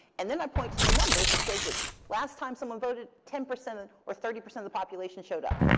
and then i point to the numbers that says, the last time someone voted, ten percent and or thirty percent the population showed up.